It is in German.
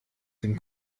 dem